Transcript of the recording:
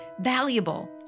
Valuable